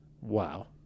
Wow